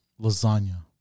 Lasagna